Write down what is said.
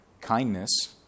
kindness